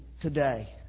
today